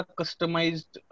customized